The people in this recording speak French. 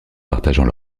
partageant